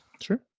Sure